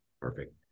perfect